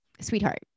sweetheart